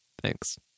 Thanks